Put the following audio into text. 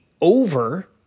over